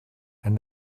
and